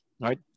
right